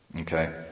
Okay